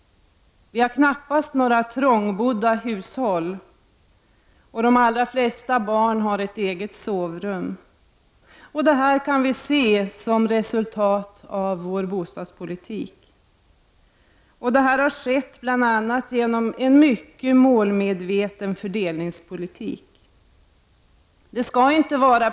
Vi har knappast några trångbodda hushåll. Och de allra flesta barn har ett eget sovrum. Detta kan vi se som ett resultat av vår bostadspolitik. Detta har kunnat ske bl.a. genom en mycket målmedveten fördelningspolitik.